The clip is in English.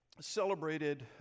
celebrated